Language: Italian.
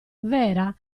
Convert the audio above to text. vera